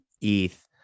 ETH